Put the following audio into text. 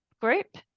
group